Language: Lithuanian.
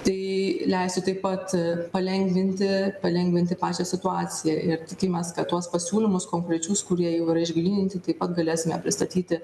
tai leisi taip pat palengvinti palengvinti pačią situaciją ir tikimės kad tuos pasiūlymus konkrečius kurie jau yra išgryninti taip pat galėsime pristatyti